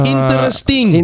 Interesting